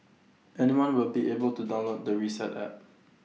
anyone will be able to download the reset app